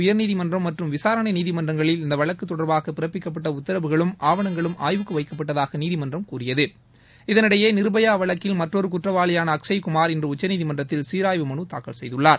உயர்நீதிமன்றம் மற்றம் விசாரணை நீதிமன்றங்களில் இந்த வழக்கு தொடர்பாக பிறப்பிக்கப்பட்ட உத்தரவுகளும் ஆவணங்களும் ஆய்வுக்கு வைக்கப்பட்டதாக நீதிமன்றம் கூறியது இதனிடையே நிர்பயா வழக்கில் மற்றொரு குற்றவாளியான அக்ஷய் குமார் இன்று உச்சநீதிமன்றத்தில் சீராய்வு மனு தாக்கல் செய்துள்ளார்